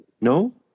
No